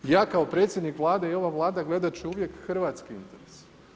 Ja kao predsjednik Vlade i ova Vlada gledat ću uvijek hrvatski interes.